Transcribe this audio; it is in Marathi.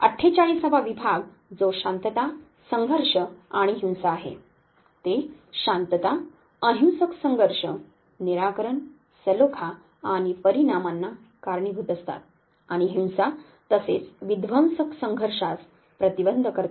48 वा विभाग जो शांतता संघर्ष आणि हिंसा आहे ते शांतता अहिंसक संघर्ष निराकरण सलोखा आणि परिणामांना कारणीभूत असतात आणि हिंसा तसेच विध्वंसक संघर्षास प्रतिबंध करतात